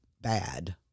bad